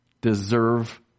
deserve